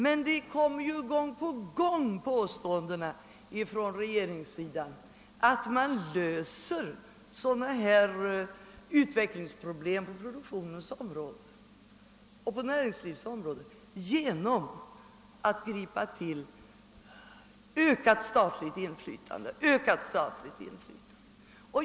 Men det kommer ju gång på gång påståenden från regeringens sida om att man löser sådana här utvecklingsproblem på produktionens och näringslivets område genom ett ökat statligt inflytande.